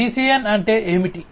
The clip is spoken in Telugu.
ఈ DCN అంటే ఏమిటి